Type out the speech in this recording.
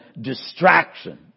distraction